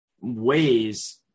ways